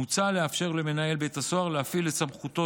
מוצע לאפשר למנהל בית הסוהר להפעיל את סמכותו